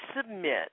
submit